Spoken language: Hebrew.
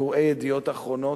קוראי "ידיעות אחרונות",